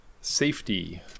safety